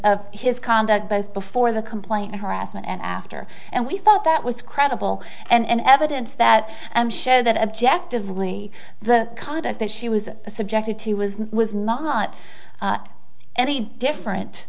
of his conduct both before the complaint harassment and after and we thought that was credible and evidence that i'm sure that objectively the conduct that she was subjected to was was not any different